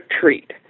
treat